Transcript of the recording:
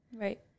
Right